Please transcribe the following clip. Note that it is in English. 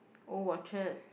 old watches